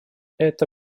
эта